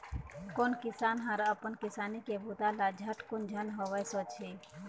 कोन किसान ह अपन किसानी के बूता ल झटकुन झन होवय सोचही